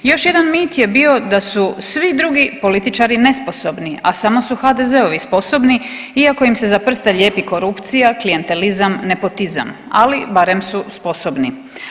Još jedan mit je bio da su svi drugi političari nesposobni, a samo su HDZ-ovi sposobni iako im se za prste lijepi korupcija, klijentelizam, nepotizam, ali barem su sposobni.